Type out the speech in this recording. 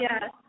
yes